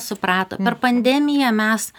suprato per pandemiją mes